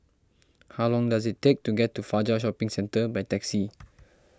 how long does it take to get to Fajar Shopping Centre by taxi